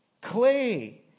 Clay